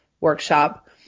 workshop